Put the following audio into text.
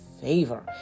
favor